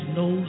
no